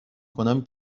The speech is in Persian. کنم